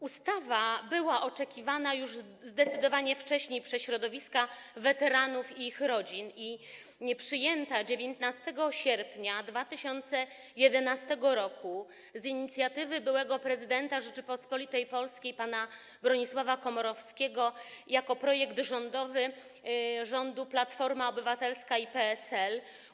Ustawa była oczekiwana już zdecydowanie wcześniej przez środowiska weteranów i ich rodzin, a została przyjęta 19 sierpnia 2011 r. z inicjatywy byłego prezydenta Rzeczypospolitej Polskiej pana Bronisława Komorowskiego jako projekt rządowy rządu Platformy Obywatelskiej i PSL.